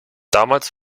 damals